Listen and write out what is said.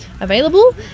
available